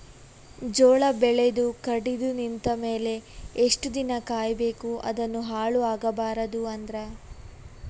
ಜೋಳ ಬೆಳೆದು ಕಡಿತ ನಿಂತ ಮೇಲೆ ಎಷ್ಟು ದಿನ ಕಾಯಿ ಬೇಕು ಅದನ್ನು ಹಾಳು ಆಗಬಾರದು ಅಂದ್ರ?